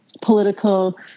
political